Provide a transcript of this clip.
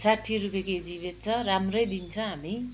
साठी रुपियाँ केजी बेच्छ राम्रै दिन्छ हामी